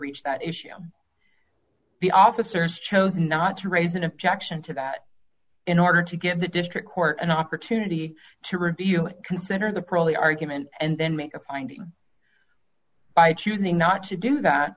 reach that issue the officers chose not to raise an objection to that in order to give the district court an opportunity to review consider the parolee argument and then make a finding by choosing not to do that